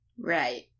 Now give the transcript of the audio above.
right